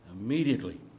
immediately